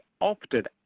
opted